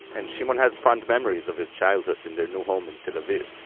and shimon has fond memories of his childhood in their new home in tel aviv.